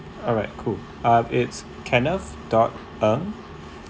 alright cool uh it's kenneth dot Ng